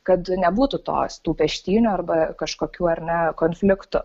kad nebūtų tos tų peštynių arba kažkokių ar ne konfliktų